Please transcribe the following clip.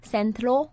Centro